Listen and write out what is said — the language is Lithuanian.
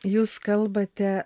jūs kalbate